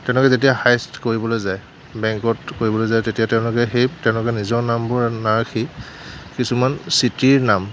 তেওঁলোকে যেতিয়া হাইয়েষ্ট কৰিবলৈ যায় বেংকত কৰিবলৈ যায় তেতিয়া তেওঁলোকে সেই তেওঁলোকৰ নিজৰ নামবোৰ নাৰাখি কিছুমান চিটিৰ নাম